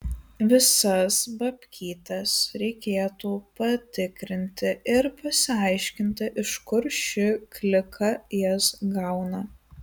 visas babkytes reikėtų patikrinti ir pasiaiškinti iš kur ši klika jas gauna